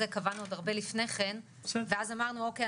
קבענו עוד הרבה לפני כן ואז אמרנו 'אוקיי,